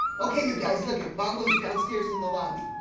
okay, you guys, lookit. bongo's downstairs in the lobby.